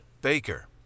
Baker